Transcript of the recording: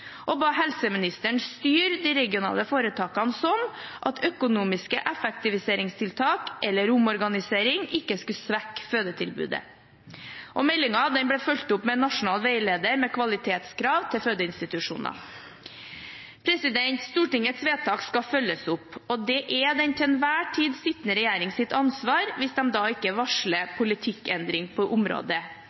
og ba helseministeren styre de regionale foretakene slik at økonomiske effektiviseringstiltak eller omorganisering ikke skulle svekke fødetilbudet. Meldingen ble fulgt opp med en nasjonal veileder med kvalitetskrav til fødeinstitusjonene. Stortingets vedtak skal følges opp, og det er den til enhver tid sittende regjerings ansvar, hvis de da ikke varsler politikkendring på området.